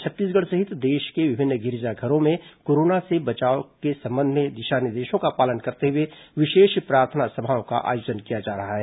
छत्तीसगढ़ सहित देश के विभिन्न गिरजाघरों में कोरोना से बचाव संबंधी दिशा निर्देशों का पालन करते हुए विशेष प्रार्थना सभाओं का आयोजन किया जा रहा है